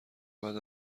بعد